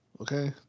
Okay